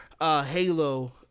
Halo